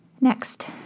Next